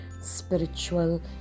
spiritual